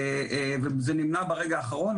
וזה נמנע ברגע האחרון.